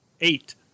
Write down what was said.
eight